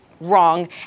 wrong